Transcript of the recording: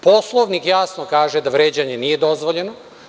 Poslovnik jasno kaže da vređanje nije dozvoljeno.